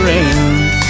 end